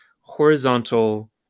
horizontal